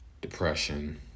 depression